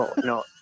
no